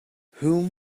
whom